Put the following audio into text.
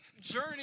journey